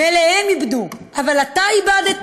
מילא הם איבדו, אבל אתה איבדת.